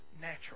natural